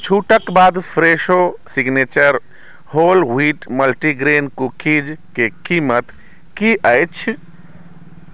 छूटक बाद Fresho signature whole wheat multigrain cookies के कीमत की अछि